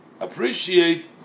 appreciate